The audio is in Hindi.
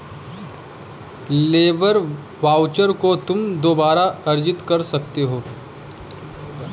लेबर वाउचर को तुम दोबारा अर्जित कर सकते हो